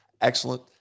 Excellent